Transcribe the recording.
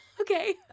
Okay